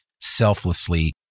selflessly